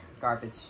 Garbage